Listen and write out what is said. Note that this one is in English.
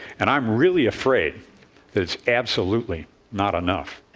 and i am really afraid that it's absolutely not enough.